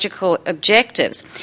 objectives